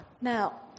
Now